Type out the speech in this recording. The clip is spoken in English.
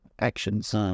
actions